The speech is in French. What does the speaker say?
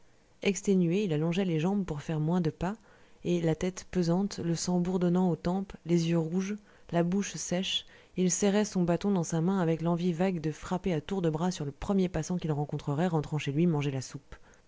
exténué il allongeait les jambes pour faire moins de pas et la tête pesante le sang bourdonnant aux tempes les yeux rouges la bouche sèche il serrait son bâton dans sa main avec l'envie vague de frapper à tour de bras sur le premier passant qu'il rencontrerait rentrant chez lui manger la soupe